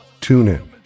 TuneIn